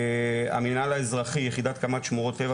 המינהל האזרחי יחידת קמ"ט שמורות טבע